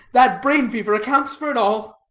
that brain fever accounts for it all.